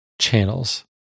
channels